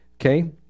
Okay